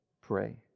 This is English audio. pray